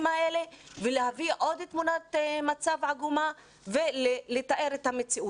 האלה ולהביא עוד תמונת מצב עגומה ולתאר את המציאות.